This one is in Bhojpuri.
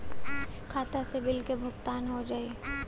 खाता से बिल के भुगतान हो जाई?